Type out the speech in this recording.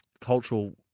cultural